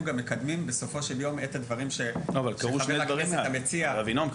גם מקדמים בסופו של יום את הדברים שחבר הכנסת המציע --- אבינועם,